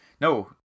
No